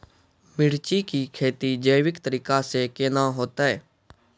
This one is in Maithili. मिर्ची की खेती जैविक तरीका से के ना होते?